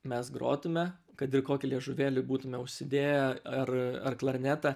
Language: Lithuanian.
mes grotume kad ir kokį liežuvėlį būtume užsidėję ar ar klarnetą